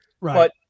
Right